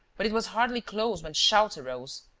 but it was hardly closed when shouts arose.